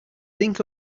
think